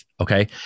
Okay